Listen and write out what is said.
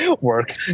work